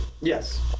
Yes